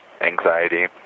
anxiety